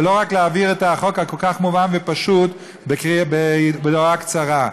ולא רק להעביר את החוק הכל-כך מובן ופשוט בהודעה קצרה.